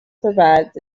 provides